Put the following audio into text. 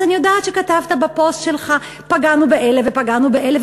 אז אני יודעת שכתבת בפוסט שלך: פגענו באלה ופגענו באלה,